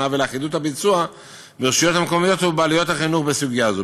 ולאחידות הביצוע ברשויות המקומיות ובבעלויות החינוך בסוגיה זו.